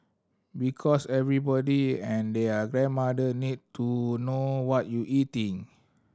because everybody and their grandmother need to know what you eating